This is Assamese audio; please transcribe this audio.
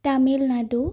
তামিলনাডু